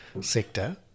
sector